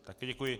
Taky děkuji.